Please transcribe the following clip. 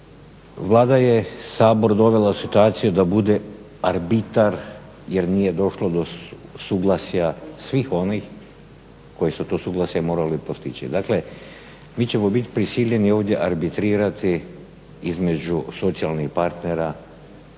Vlada je Sabor dovela u situaciju da bude arbitar jer nije došlo do suglasja svih onih koji su to suglasje morali postići. Dakle, mi ćemo bit prisiljeni ovdje arbitrirati između socijalnih partnera